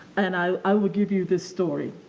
and i i will give you this story.